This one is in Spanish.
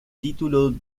título